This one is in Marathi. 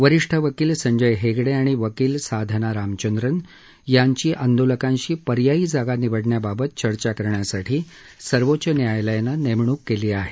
वरिष्ठ वकील संजय हेगडे आणि वकील साधना रामचंद्रन यांची आंदोलकांशी पर्यायी जागा निवडण्याबाबत चर्चा करण्यासाठी सर्वोच्च न्यायालयानं नेमणूक केली आहे